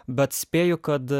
bet spėju kad